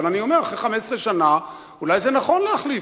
אבל אני אומר שאחרי 15 אולי זה נכון להחליף.